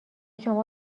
شما